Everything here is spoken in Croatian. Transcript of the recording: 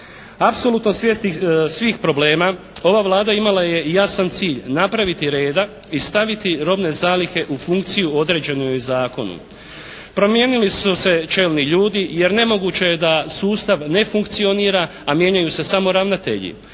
Apsolutno svjesni svih problema ova Vlada imala je jasan cilj napraviti reda i staviti robne zalihe u funkciju određenu joj zakonom. Promijenili su nam se čelni ljudi jer nemoguće je da sustav ne funkcionira a mijenjaju se samo ravnatelji.